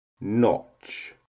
notch